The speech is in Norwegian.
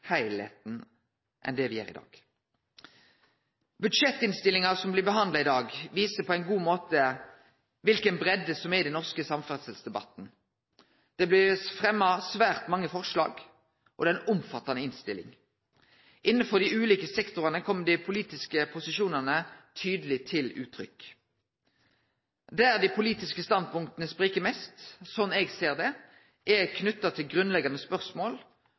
meir enn det me gjer i dag. Budsjettinnstillinga som blir behandla i dag, viser på ein god måte den breidda som er i den norske samferdselsdebatten. Det blir fremma svært mange forslag, og det er ei omfattande innstilling. Innanfor dei ulike sektorane kjem dei politiske posisjonane tydeleg til uttrykk. Dei politiske standpunkta spriker mest, sånn eg ser det, når det gjeld grunnleggande spørsmål